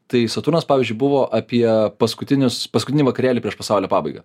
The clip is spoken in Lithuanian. tai saturnas pavyzdžiui buvo apie paskutinius paskutinį vakarėlį prieš pasaulio pabaigą